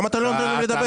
למה אתה לא נותן לו לדבר?